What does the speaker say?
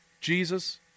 Jesus